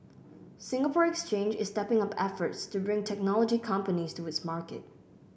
Singapore Exchange is stepping up efforts to bring technology companies to its market